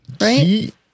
Right